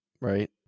Right